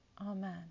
Amen